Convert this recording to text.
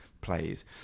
plays